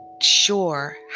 Sure